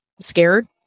scared